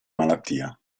malattia